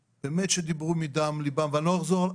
נכון,